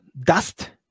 dust